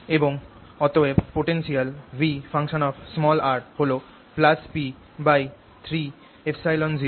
এবং অতএব potential V হল P3ε0 x